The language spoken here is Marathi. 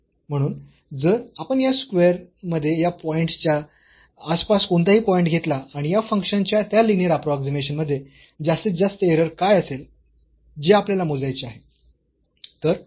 म्हणून जर आपण या स्क्वेअर मध्ये या पॉईंटच्या आसपास कोणताही पॉईंट घेतला आणि या फंक्शनच्या त्या लिनीअर अप्रोक्सीमेशन मध्ये जास्तीत जास्त एरर काय असेल जे आपल्याला मोजायचे आहे